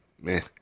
man